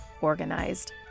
organized